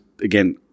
again